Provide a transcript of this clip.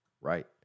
right